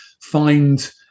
find